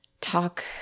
talk